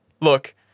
look